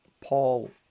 Paul